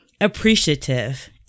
appreciative